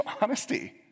honesty